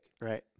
Right